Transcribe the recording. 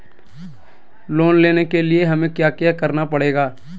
Loan लेने के लिए हमें क्या क्या करना पड़ेगा?